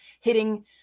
hitting